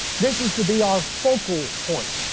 this is to be our focal point.